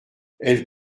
elle